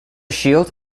shield